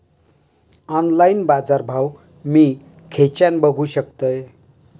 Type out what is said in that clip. Online बाजारभाव मी खेच्यान बघू शकतय?